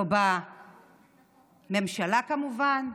לא בממשלה, כמובן,